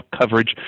coverage